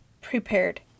prepared